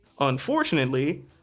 unfortunately